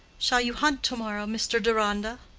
shall you hunt to-morrow, mr. deronda?